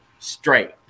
straight